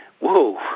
Whoa